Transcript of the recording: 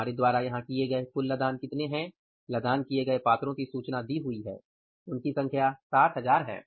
हमारे द्वारा यहां किए गए कुल लदान कितने हैं लदान किये गए पात्रों की सूचना दी हुई है उनकी संख्या 60000 है